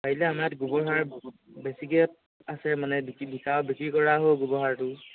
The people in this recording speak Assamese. পাৰিলে আমাৰ গোবৰ সাৰ বেছিকৈ আছে মানে বিক বিকা বিক্ৰী কৰাও হয় গোবৰ সাৰটো